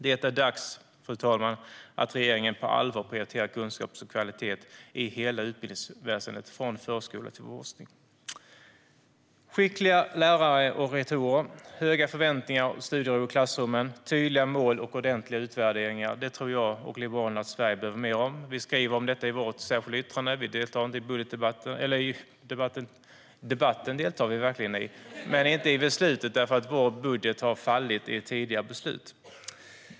Det är dags, fru talman, att regeringen på allvar prioriterar kunskap och kvalitet i hela utbildningsväsendet, från förskola till forskning. Skickliga lärare och rektorer, höga förväntningar, studiero i klassrummen, tydliga mål och ordentliga utvärderingar tror jag och Liberalerna att Sverige behöver mer av. Vi skriver om detta i vårt särskilda yttrande. Vi deltar inte i beslutet, eftersom vår budget har fallit i ett tidigare beslut.